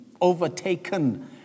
overtaken